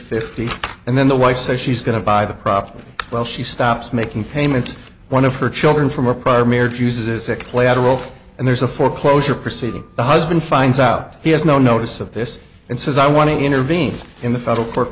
fifty and then the wife says she's going to buy the property well she stops making payments one of her children from a prior marriage uses that collateral and there's a foreclosure proceeding the husband finds out he has no notice of this and says i want to intervene in the federal court